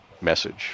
message